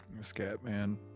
Scatman